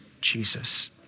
Jesus